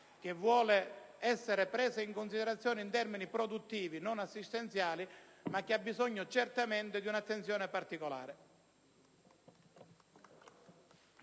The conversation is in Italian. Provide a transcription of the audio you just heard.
che vuole essere presa in considerazione in termini produttivi e non assistenziali, ma che ha bisogno certamente di un'attenzione particolare.